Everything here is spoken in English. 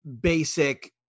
basic